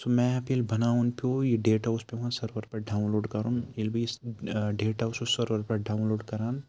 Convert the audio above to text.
سُہ میپ ییٚلہِ بَناوُن پیوٚو یہِ ڈیٹا اوس پٮ۪وان سٔروَر پٮ۪ٹھ ڈاوُںلوڈ کَرُن ییٚلہِ بہٕ یہِ ڈیٹا اوسُس سٔروَر پٮ۪ٹھ ڈاوُںٛلوڈ کَران